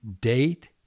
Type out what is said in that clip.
date